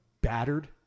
battered